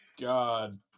god